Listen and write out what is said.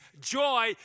joy